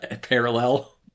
parallel